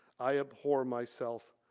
i abhor myself.